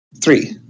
Three